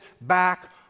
back